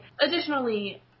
Additionally